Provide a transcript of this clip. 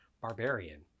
Barbarian